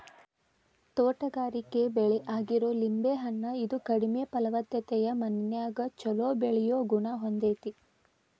ತೋಟಗಾರಿಕೆ ಬೆಳೆ ಆಗಿರೋ ಲಿಂಬೆ ಹಣ್ಣ, ಇದು ಕಡಿಮೆ ಫಲವತ್ತತೆಯ ಮಣ್ಣಿನ್ಯಾಗು ಚೊಲೋ ಬೆಳಿಯೋ ಗುಣ ಹೊಂದೇತಿ